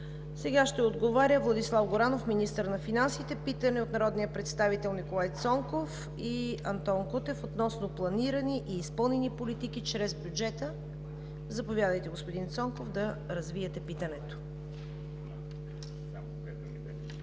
Сега ще отговаря Владислав Горанов – министър на финансите. Питане от народните представители Николай Цонков и Антон Кутев относно планирани и изпълнени политики чрез бюджета. Заповядайте, господин Цонков, да развиете питането. НИКОЛАЙ ЦОНКОВ